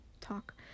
talk